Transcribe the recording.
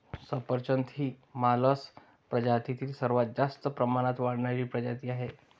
सफरचंद ही मालस प्रजातीतील सर्वात जास्त प्रमाणात वाढणारी प्रजाती आहे